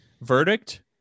Verdict